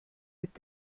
mit